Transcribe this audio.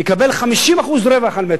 יקבל 50% רווח על מטר.